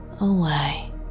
away